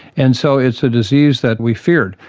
and so it's a disease that we fear.